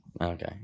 Okay